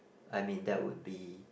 I mean that would be